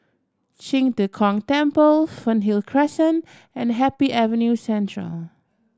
Qing De Gong Temple Fernhill Crescent and Happy Avenue Central